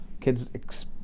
Kids